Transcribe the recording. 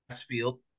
field